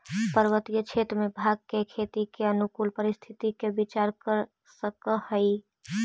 पर्वतीय क्षेत्र में भाँग के खेती के अनुकूल परिस्थिति के विचार कर सकऽ हई